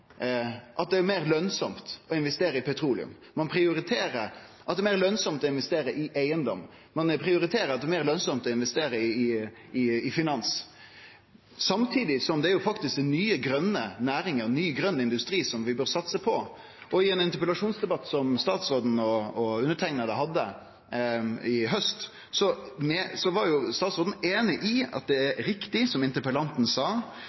at det er meir lønsamt å investere i finans, samtidig som det faktisk er nye grøne næringar og ny grøn industri vi bør satse på. I ein interpellasjonsdebatt som statsråden og underskrivne hadde i haust, var statsråden einig i at det var riktig, som interpellanten sa, «at enkelte skatteregler har bidratt til å gjøre investering i eiendom mer fordelaktig». Korleis kan ein leve med ein situasjon der dei store pengane i